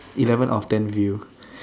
eleven of them view